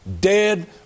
dead